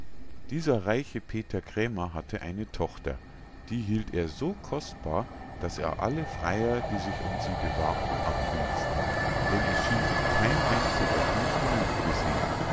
dieser reiche peter krämer hatte eine tochter die hielt er so kostbar daß er alle freier die sich um sie bewarben abwies denn es schien ihm kein einziger gut genug für sie